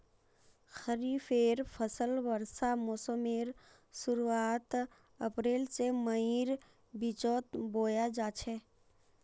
खरिफेर फसल वर्षा मोसमेर शुरुआत अप्रैल से मईर बिचोत बोया जाछे